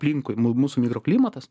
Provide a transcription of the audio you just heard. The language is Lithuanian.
aplinkui mū mūsų mikroklimatas